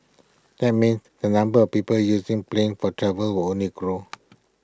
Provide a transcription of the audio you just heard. that means the number of people using planes for travel will only grow